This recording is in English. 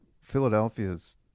Philadelphia's